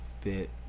fit